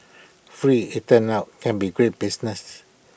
free IT turns out can be great business